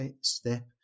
step